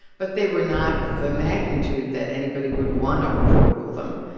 but they were not of the magnitude that anybody would want to overrule them.